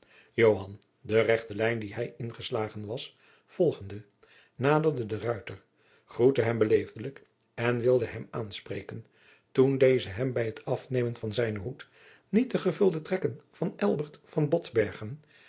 de rechte laan die hij ingeslagen was volgende naderde den ruiter groette hem beleefdelijk en wilde hem aanspreken toen deze hem bij t afnemen van zijnen hoed niet de gevulde trekken van